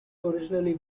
originally